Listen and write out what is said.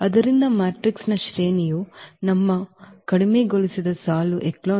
ಆದ್ದರಿಂದ ಮ್ಯಾಟ್ರಿಕ್ಸ್ನ ಶ್ರೇಣಿಯು ನಮ್ಮ ಕಡಿಮೆಗೊಳಿಸಿದ ಸಾಲು ಎಚೆಲಾನ್ ರೂಪಗಳಲ್ಲಿ ನಾವು ನೋಡುವ ಪಿವೋಟ್ಗಳ ಸಂಖ್ಯೆ